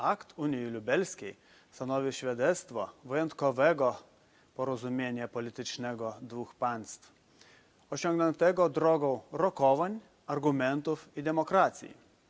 Akt unii lubelskiej stanowi świadectwo wyjątkowego porozumienia politycznego dwóch państw, osiągniętego drogą rokowań, argumentów i demokracji.